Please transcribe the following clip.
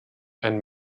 and